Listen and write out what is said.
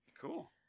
Cool